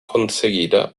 conseguirá